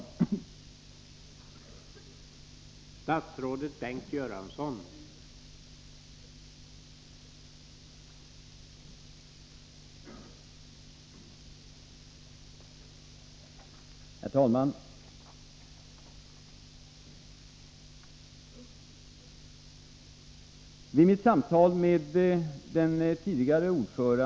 posternai ä